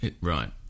Right